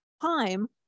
time